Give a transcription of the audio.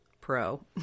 pro